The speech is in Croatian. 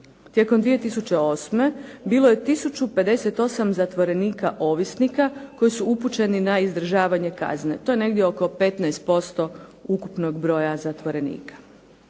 Tijekom 2008. bilo je tisuću 58 zatvorenika ovisnika koji su upućeni na izdržavanje kazne. To je negdje oko 15% ukupnog broja zatvorenika.